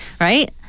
Right